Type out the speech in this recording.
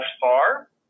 far